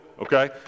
okay